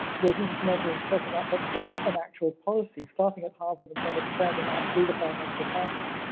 was instrumental in setting up what's become an actual policy starting at harvard and then expanding out through the biomedical sciences.